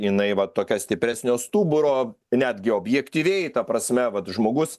jinai va tokia stipresnio stuburo netgi objektyviai ta prasme vat žmogus